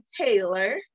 Taylor